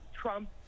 Trump